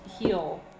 heal